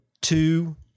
two